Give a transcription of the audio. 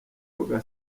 coga